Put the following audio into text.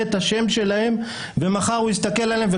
את השם שלהם ומחר הוא יסתכל עליהם בעין לא יפה,